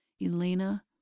Elena